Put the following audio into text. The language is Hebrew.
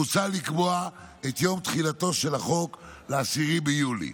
מוצע לקבוע את יום תחילתו של החוק ל-10 ביולי.